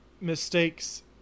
mistakes